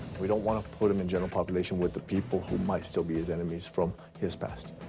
we don't want to put him in general population with the people who might still be his enemies from his past.